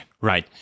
right